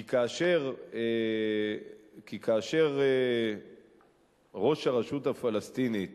כי כאשר ראש הרשות הפלסטינית